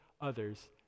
others